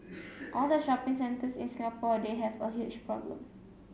all the shopping centres in Singapore they have a huge problem